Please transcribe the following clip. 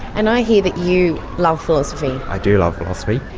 and i hear that you love philosophy. i do love philosophy.